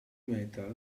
metal